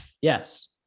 Yes